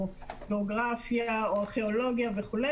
גיאוגרפיה או ארכיאולוגיה וכו',